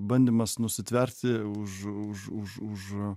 bandymas nusitverti už už už už